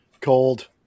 cold